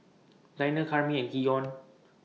Danyel Karyme and Keion